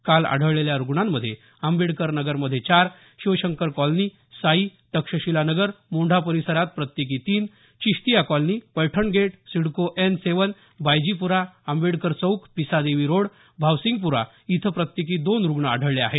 काल आढळलेल्या रुग्णांमध्ये आंबेडकर नगरमध्ये चार शिवशंकर कॉलनी साई तक्षशीला नगर मोंढा परिसरात प्रत्येकी तीन Chishtiya colony Paithan gate CIDCO N seven बायजीप्रा आंबेडकर चौक पिसादेवी रोड भावसिंगप्रा इथं प्रत्येकी दोन रुग्ण आढळले आहेत